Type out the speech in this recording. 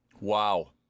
Wow